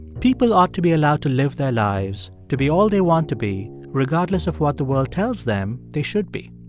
people ought to be allowed to live their lives, to be all they want to be regardless of what the world tells them they should be